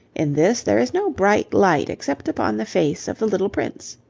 in this there is no bright light except upon the face of the little prince.